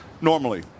Normally